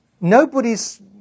Nobody's